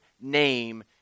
name